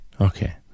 okay